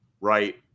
right